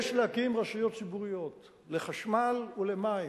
יש להקים רשויות ציבוריות לחשמל ולמים,